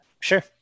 sure